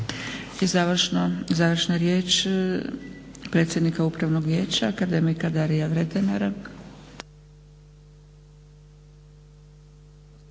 I završna riječ predsjednika Upravnog vijeća akademika Daria Vretenara.